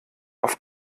auf